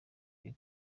iri